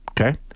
Okay